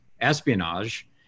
espionage